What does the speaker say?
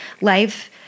Life